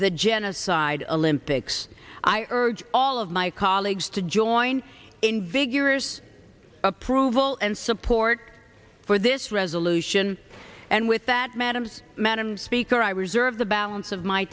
the genocide olympics i urge all of my colleagues to join in vigorous approval and support with this resolution and with that madam madam speaker i reserve the balance of my